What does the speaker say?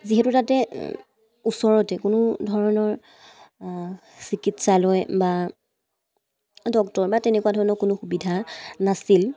যিহেতু তাতে ওচৰতে কোনো ধৰণৰ চিকিৎসালয় বা ডক্তৰ বা তেনেকুৱা ধৰণৰ কোনো সুবিধা নাছিল